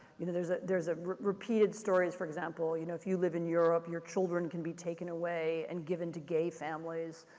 you know, there's ah a a repeated stories, for example, you know, if you live in europe, your children can be taken away and given to gay families.